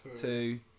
two